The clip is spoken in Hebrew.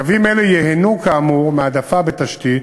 קווים אלה ייהנו, כאמור, מהעדפה בתשתית